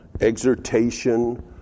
exhortation